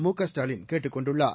முகஸ்டாலின் கேட்டுக் கொண்டுள்ளார்